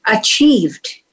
achieved